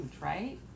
right